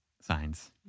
signs